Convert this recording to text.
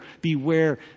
Beware